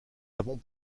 avons